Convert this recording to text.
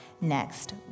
next